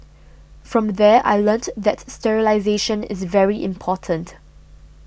from there I learnt that sterilisation is very important